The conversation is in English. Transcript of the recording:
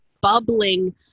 bubbling